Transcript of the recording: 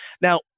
Now